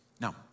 Now